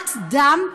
צמאת דם,